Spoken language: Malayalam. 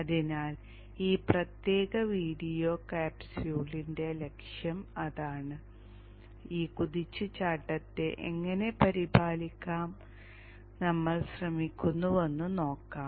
അതിനാൽ ഈ പ്രത്യേക വീഡിയോ ക്യാപ്സ്യൂളിന്റെ ലക്ഷ്യം അതാണ് ഈ കുതിച്ചുചാട്ടത്തെ എങ്ങനെ പരിപാലിക്കാൻ നമ്മൾ ശ്രമിക്കുന്നുവെന്ന് നോക്കാം